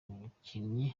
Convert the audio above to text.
umukinnyi